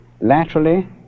laterally